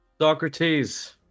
Socrates